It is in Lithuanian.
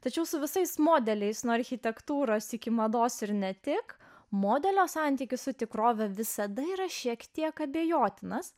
tačiau su visais modeliais nuo architektūros iki mados ir ne tik modelio santykis su tikrove visada yra šiek tiek abejotinas